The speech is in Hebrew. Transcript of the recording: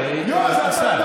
לא, אז אני, השר, מה הקשר?